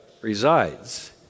resides